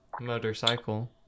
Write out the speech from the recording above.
motorcycle